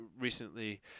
recently